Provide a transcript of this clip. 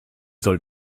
soll